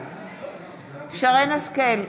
בעד שרן מרים השכל,